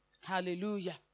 Hallelujah